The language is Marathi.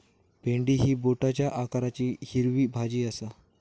भेंडी ही बोटाच्या आकाराची हिरवी भाजी आसा